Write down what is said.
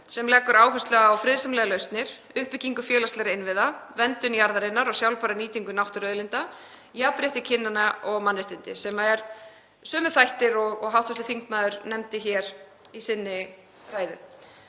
sem lögð er áhersla á friðsamlegar lausnir, uppbyggingu félagslegra innviða, verndun jarðarinnar og sjálfbæra nýtingu náttúruauðlinda, jafnrétti kynjanna og mannréttindi, sem eru sömu þættir og hv. þingmaður nefndi í sinni ræðu.